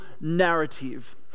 narrative